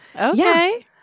Okay